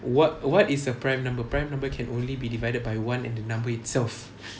what what is a prime number prime number can only be divided by one and the number itself